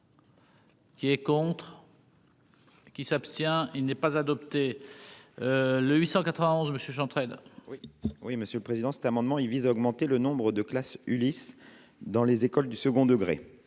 Qui est contre. Qui s'abstient, il n'est pas adopté le 891 monsieur entraîne. Oui, Monsieur le Président, cet amendement, il vise à augmenter le nombre de classes Ulis dans les écoles du second degré,